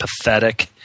pathetic